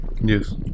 Yes